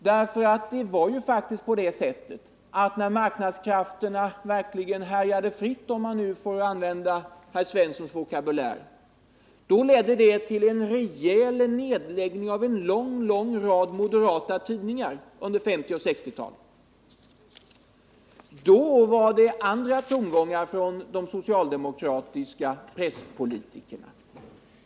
Det var faktiskt så att marknadskrafterna när de verkligen härjade fritt — om jag nu får använda herr Svenssons vokabulär — ledde till nedläggning av en lång rad moderata tidningar under 1950 och 1960-talen. Då hördes andra tongångar från de socialdemokratiska presspolitikerna.